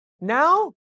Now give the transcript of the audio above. now